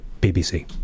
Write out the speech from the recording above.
BBC